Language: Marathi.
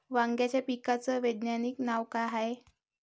वांग्याच्या पिकाचं वैज्ञानिक नाव का हाये?